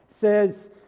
says